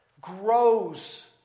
grows